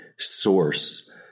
Source